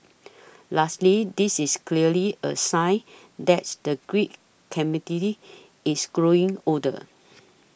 lastly this is clearly a sign that's the geek is growing older